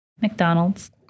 McDonald's